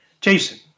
Jason